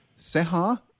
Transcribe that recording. Seha